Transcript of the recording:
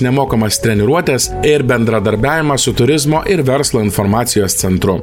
nemokamas treniruotes ir bendradarbiavimą su turizmo ir verslo informacijos centru